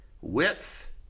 width